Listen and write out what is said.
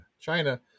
china